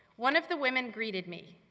one of the women greeted me.